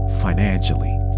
financially